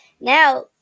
now